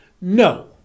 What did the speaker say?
No